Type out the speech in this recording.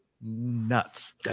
nuts